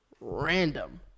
random